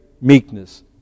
meekness